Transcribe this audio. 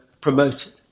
promoted